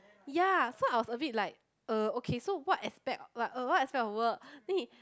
ya so I was a bit like uh okay so what aspect like uh what aspect of work then he